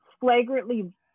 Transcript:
flagrantly